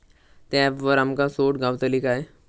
त्या ऍपवर आमका सूट गावतली काय?